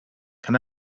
can